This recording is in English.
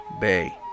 Bay